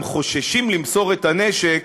הם חוששים למסור את הנשק,